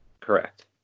correct